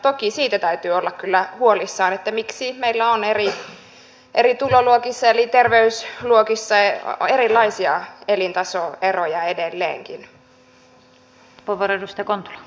toki siitä täytyy olla kyllä huolissaan miksi meillä on eri tuloluokissa eri terveysluokissa erilaisia elintasoeroja edelleenkin